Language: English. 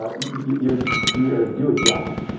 ah you're you're a do a job.